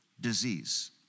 Disease